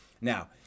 Now